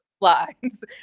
lines